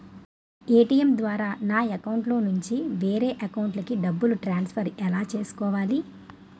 ATM ద్వారా నా అకౌంట్లోనుంచి వేరే అకౌంట్ కి డబ్బులు ట్రాన్సఫర్ ఎలా చేసుకోవాలి?